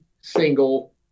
single